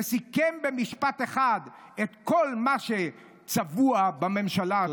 וסיכם במשפט אחד את כל מה שצבוע בממשלה הצבועה הזאת".